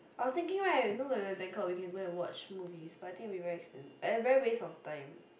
I was thinking right when you know when we are in Bangkok we can go watch movies but I think it's very expen~ it's very waste of time